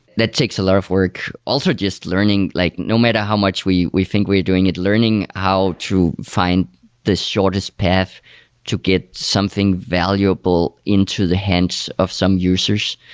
that takes a lot of work. also, just learning, like no matter how much we we think we're doing it, learning how to find the shortest path to get something valuable into the hands of some users,